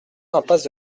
impasse